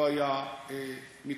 לא היה מתחולל.